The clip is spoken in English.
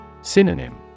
Synonym